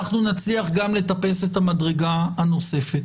אנחנו נצליח גם לטפס את המדרגה הנוספת.